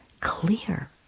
clear